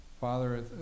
Father